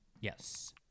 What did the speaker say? Yes